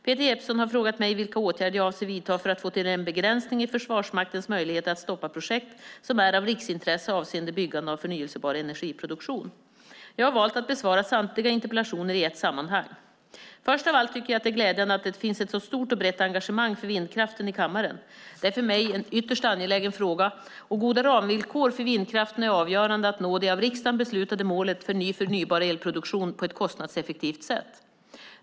Peter Jeppsson har frågat mig vilka åtgärder jag avser att vidta för att få till en begränsning i Försvarsmaktens möjligheter att stoppa projekt som är av riksintresse avseende byggande av förnybar energiproduktion. Jag har valt att besvara samtliga interpellationer i ett sammanhang. Först av allt tycker jag att det är glädjande att det finns ett så stort och brett engagemang för vindkraften i kammaren. Det är för mig en ytterst angelägen fråga, och goda ramvillkor för vindkraften är avgörande för att nå det av riksdagen beslutade målet för ny förnybar elproduktion på ett kostnadseffektivt sätt.